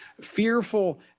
fearful